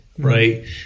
Right